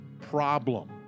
problem